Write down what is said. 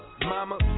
Mama